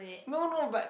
no no but